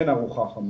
אין ארוחה חמה.